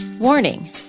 Warning